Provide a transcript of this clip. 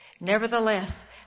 Nevertheless